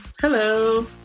Hello